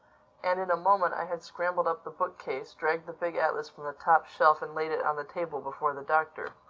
and in a moment i had scrambled up the bookcase, dragged the big atlas from the top shelf and laid it on the table before the doctor.